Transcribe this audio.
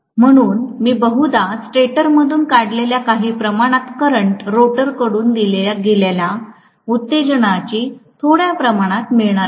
म्हणून मी बहुधा स्टेटरमधून काढलेल्या काही प्रमाणात करंट रोटरकडून दिले गेलेल्या उत्तेजनाची थोद्या प्रमाणात मिळणार आहे